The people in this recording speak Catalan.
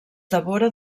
devora